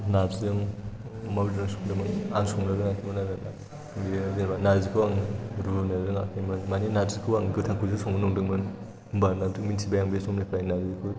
नारजिजों अमा बेदरजों संदोंमोन आं संनो रोङाखैमोन आरोना बेयो जेनेबा नारजिखौ आं रुनो रोङाखैमोन माने नारजिखौ आं गोथांखौसो सङो नंदोंमोन होनबानासो मिन्थिबाय आं बे समनिफ्राय नारजिखौ